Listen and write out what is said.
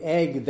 egg